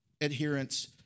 adherence